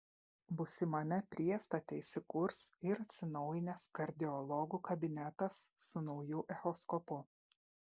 būsimame priestate įsikurs ir atsinaujinęs kardiologų kabinetas su nauju echoskopu